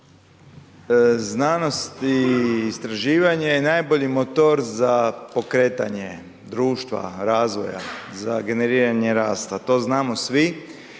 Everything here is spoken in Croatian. znanost i istraživanje je najbolji motor za pokretanje društva, razvoja, za generiranje rasta, to znamo svi